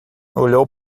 olhou